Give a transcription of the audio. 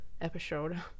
episode